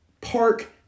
park